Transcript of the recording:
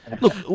Look